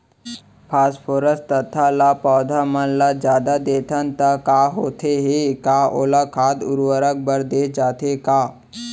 Phosphorus तथा ल पौधा मन ल जादा देथन त का होथे हे, का ओला खाद उर्वरक बर दे जाथे का?